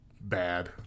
Bad